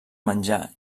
menjar